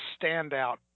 standout